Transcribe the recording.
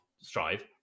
strive